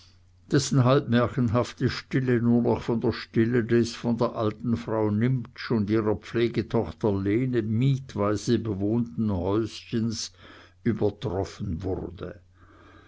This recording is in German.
dessen halb märchenhafte stille nur noch von der stille des von der alten frau nimptsch und ihrer pflegetochter lene mietweise bewohnten häuschens übertroffen wurde